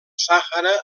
sàhara